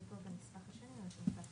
זה נועד לביצוע.